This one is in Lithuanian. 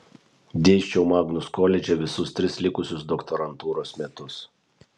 dėsčiau magnus koledže visus tris likusius doktorantūros metus